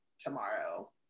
tomorrow